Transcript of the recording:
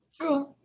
True